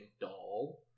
doll